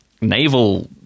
naval